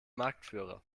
marktführer